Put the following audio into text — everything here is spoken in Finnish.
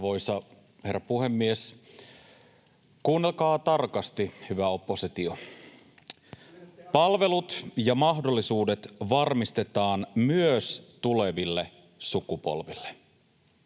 herra puhemies! Kuunnelkaa tarkasti, hyvä oppositio. ”Palvelut ja mahdollisuudet varmistetaan myös tuleville sukupolville.”